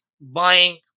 buying